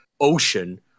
ocean